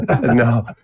No